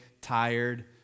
tired